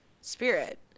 spirit